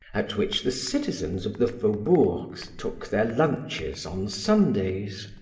at which the citizens of the faubourgs took their lunches on sundays.